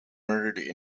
murdered